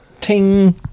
ting